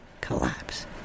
collapse